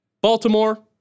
Baltimore